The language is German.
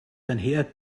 einher